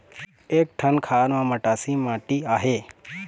एक ठन खार म मटासी माटी आहे?